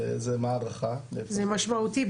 זה משמעותי.